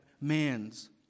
man's